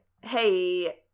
hey